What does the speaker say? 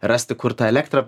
rasti kur tą elektrą